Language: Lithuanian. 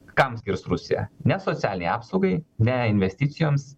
kam skirs rusija ne socialinei apsaugai ne investicijoms